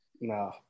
No